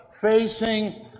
facing